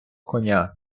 коня